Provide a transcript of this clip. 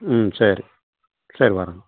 ம் சரி சரி வரேங்க